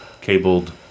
cabled